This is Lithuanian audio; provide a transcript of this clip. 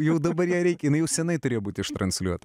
jau dabar ją reikia jinai jau senai turėjo būt ištransliuota